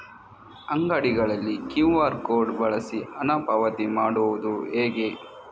ಅಂಗಡಿಗಳಲ್ಲಿ QR code ಬಳಸಿ ಹಣ ಪಾವತಿ ಮಾಡೋದು ಹೇಗೆ?